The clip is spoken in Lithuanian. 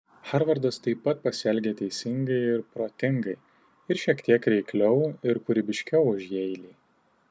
harvardas taip pat pasielgė teisingai ir protingai ir šiek tiek reikliau ir kūrybiškiau už jeilį